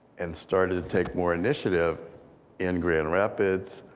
and started to take more initiative in grand rapids,